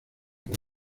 con